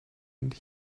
and